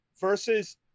Versus